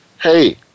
hey